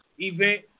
Event